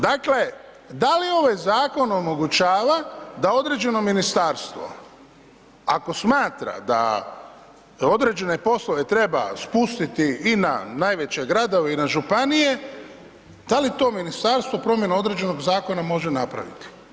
Dakle, da li ovaj zakon omogućava da određeno ministarstvo ako smatra da određene poslove treba spustiti i na najveće gradove i na županije, da li to ministarstvo promjenom određenog zakona može napraviti?